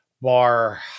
bar